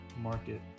market